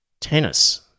Tennis